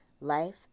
life